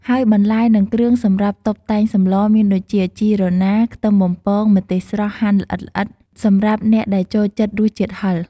ហើយបន្លែ និងគ្រឿងសម្រាប់តុបតែងសម្លមានដូចជា ជីរណា ខ្ទឹមបំពង ម្ទេសស្រស់ហាន់ល្អិតៗ សម្រាប់អ្នកដែលចូលចិត្តរសជាតិហឹរ។